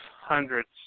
hundreds